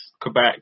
Quebec